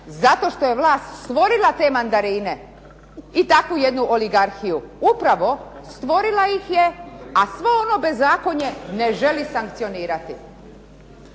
zato što je vlast stvorila te mandarine i takvu jednu oligarhiju. Upravo stvorila ih je, a svo ono bezakonje ne želi sankcionirati.